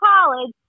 college